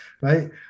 Right